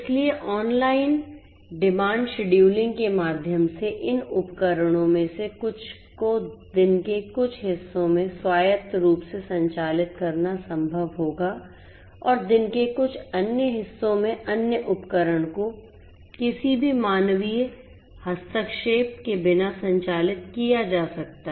इसलिए online demand scheduling के माध्यम से इन उपकरणों में से कुछ को दिन के कुछ हिस्सों में स्वायत्त रूप से संचालित करना संभव होगा और दिन के कुछ अन्य हिस्सों में अन्य उपकरणों को किसी भी मानवीय हस्तक्षेप के बिना संचालित किया जा सकता है